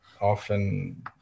often